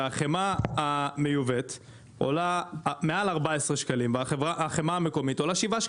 והחמאה המיובאת עולה מעל 14 שקלים מול 7 שקלים לחמאה מקומית.